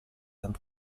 and